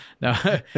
no